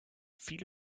viele